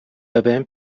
وبهم